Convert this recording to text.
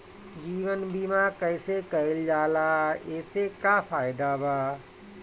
जीवन बीमा कैसे कईल जाला एसे का फायदा बा?